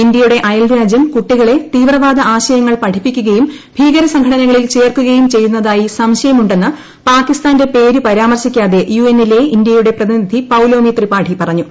ഇന്ത്യയുടെ അയൽ രാജ്യം കുട്ടികളെ തീവ്രവാദ ആശയങ്ങൾ പഠിപ്പിക്കുകയും ഭീകരസംഘടനകളിൽ ചേർക്കുകയും ചെയ്യുന്നതായി സംശയമുണ്ടെന്ന് പാകിസ്ഥാന്റെ പേരു പരാമർശിക്കാതെ യുഎന്നിലെ ഇന്ത്യയുടെ സ്ഥിരം പ്രതിനിധി പൌലേമി ത്രിപാഠി പറഞ്ഞു